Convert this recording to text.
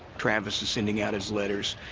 travis is sending out his letters,